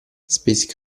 space